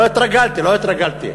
לא התרגלתי.